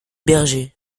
bergers